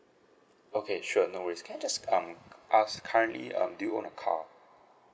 okay sure no worries can I just um ask currently um do you own a car